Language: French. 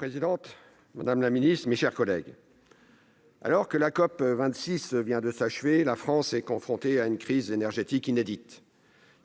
Madame la présidente, madame la ministre, mes chers collègues, alors que la COP26 vient de s'achever, la France est confrontée à une crise énergétique inédite,